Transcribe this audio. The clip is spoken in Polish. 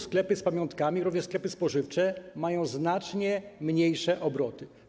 Sklepy z pamiątkami, również sklepy spożywcze mają znacznie mniejsze obroty.